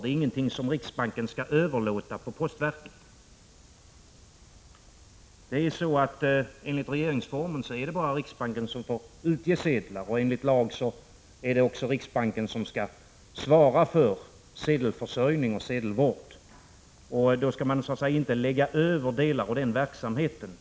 Det är ingenting som riksbanken skall överlåta på postverket. Enligt regeringsformen är det bara riksbanken som får utge sedlar, och enligt lag är det riksbanken som skall svara för sedelförsörjning och sedelvård. Då kan man inte lägga över delar av denna verksamhet på Prot.